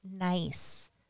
nice